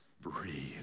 breathe